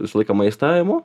visą laiką maistą imu